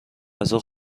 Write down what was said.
غذا